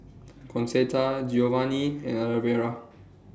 Concetta Geovanni and Alvera